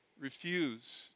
Refuse